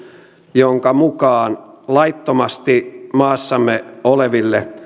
jonka mukaan laittomasti maassamme oleville